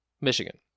Michigan